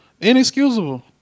Inexcusable